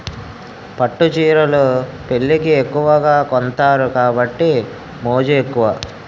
పట్టు చీరలు పెళ్లికి ఎక్కువగా కొంతారు కాబట్టి మోజు ఎక్కువ